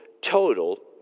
total